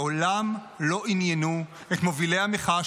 מעולם לא עניינו את מובילי המחאה,